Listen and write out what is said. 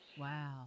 Wow